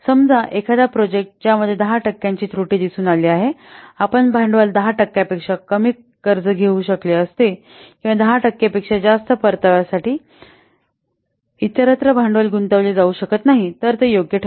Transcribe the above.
समजा एखादा प्रोजेक्ट ज्यामध्ये १० टक्क्यांची त्रुटी दिसून आली आहे आपण भांडवल १० टक्क्यांपेक्षा कमी कर्ज घेऊ शकले असते किंवा १० टक्केपेक्षा जास्त परताव्यासाठी इतरत्र भांडवल गुंतवले जाऊ शकत नाही तर ते योग्य ठरेल